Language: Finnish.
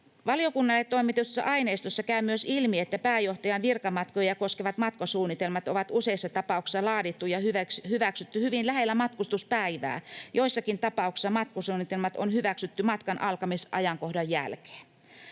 Valiokunnalle toimitetusta aineistosta käy myös ilmi, että pääjohtajan virkamatkoja koskevat matkasuunnitelmat on useissa tapauksissa laadittu ja hyväksytty hyvin lähellä matkustuspäivää. Joissakin tapauksissa matkasuunnitelmat on hyväksytty matkan alkamisajankohdan jälkeen.